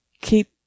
Keep